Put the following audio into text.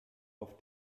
auf